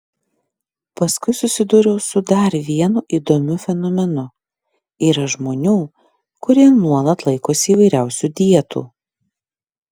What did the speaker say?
paskui susidūriau su dar vienu įdomiu fenomenu yra žmonių kurie nuolat laikosi įvairiausių dietų